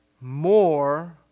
More